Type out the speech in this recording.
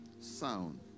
sound